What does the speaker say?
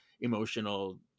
emotional